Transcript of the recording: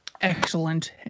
Excellent